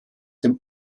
dem